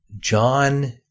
John